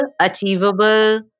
achievable